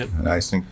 Nice